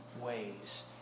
ways